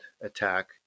attack